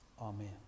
Amen